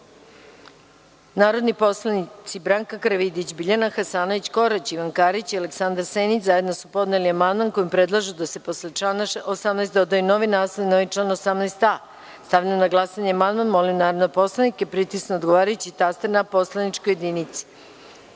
poslanici Branka Karavidić, Biljana Hasanović-Korać, Ivan Karić i Aleksandar Senić zajedno su podneli amandman kojim predlažu da se posle člana 18. dodaju novi naslov i novi član 18a.Stavljam na glasanje amandman. Molim narodne poslanike da pritisnu odgovarajući taster na poslaničkoj